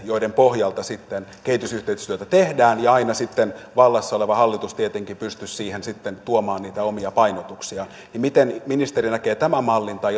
joiden pohjalta sitten kehitysyhteistyötä tehdään ja aina sitten vallassa oleva hallitus tietenkin pystyisi siihen tuomaan niitä omia painotuksiaan miten ministeri näkee tämän mallin tai